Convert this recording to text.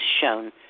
shown